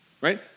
right